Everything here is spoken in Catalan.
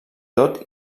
tot